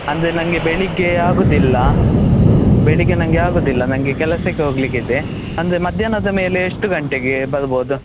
ಅಂದರೆ ನನ್ಗೆ ಬೆಳಿಗ್ಗೆ ಆಗೋದಿಲ್ಲ ಬೆಳಿಗ್ಗೆ ನನ್ಗೆ ಆಗೋದಿಲ್ಲ ನನ್ಗೆ ಕೆಲಸಕ್ಕೆ ಹೋಗ್ಲಿಕ್ಕಿದೆ ಅಂದರೆ ಮಧ್ಯಾಹ್ನದ ಮೇಲೆ ಎಷ್ಟು ಗಂಟೆಗೆ ಬರ್ಬೋದು